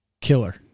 killer